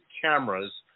cameras